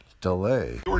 Delay